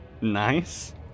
Nice